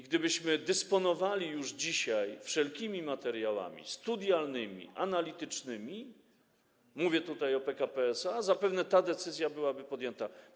Gdybyśmy dysponowali już dzisiaj wszelkimi materiałami studialnymi, analitycznymi - mówię tutaj o PKP SA - zapewne ta decyzja byłaby podjęta.